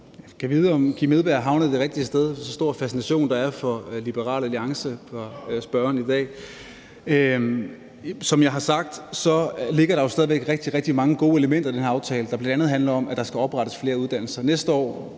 Edberg Andersen er havnet det rigtige sted med den store fascination for Liberal Alliance, der er hos spørgeren i dag. Som jeg har sagt, ligger der jo stadig væk rigtig, rigtig mange gode elementer i den her aftale, der bl.a. handler om, at der skal oprettes flere uddannelser næste år.